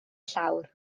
llawr